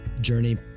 journey